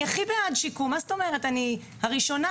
אני הכי בעד שיקום, אני הראשונה.